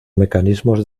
mecanismos